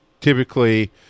typically